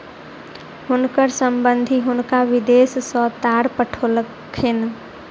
हुनकर संबंधि हुनका विदेश सॅ तार पठौलखिन